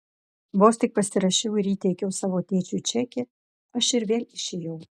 vos tik pasirašiau ir įteikiau savo tėvui čekį aš ir vėl išėjau